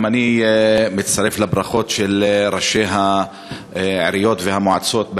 גם אני מצטרף לברכות לראשי העיריות והמועצות,